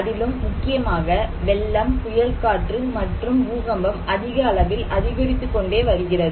அதிலும் முக்கியமாக வெள்ளம் புயல் காற்று மற்றும் பூகம்பம் அதிக அளவில் அதிகரித்துக்கொண்டே வருகிறது